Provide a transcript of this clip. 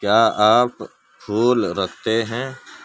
کیا آپ پھول رکھتے ہیں